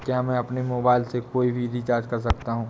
क्या मैं अपने मोबाइल से कोई भी रिचार्ज कर सकता हूँ?